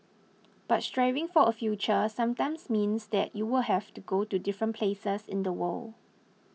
but striving for a future sometimes means that you will have to go to different places in the world